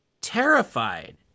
terrified